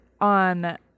on